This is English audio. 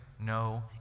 no